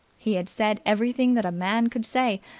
he had said everything that a man could say,